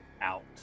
out